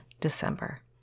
December